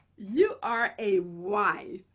you are a wide.